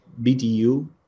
BTU